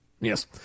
Yes